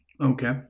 Okay